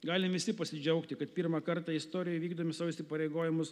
galim visi pasidžiaugti kad pirmą kartą istorijoj vykdomi savo įsipareigojimus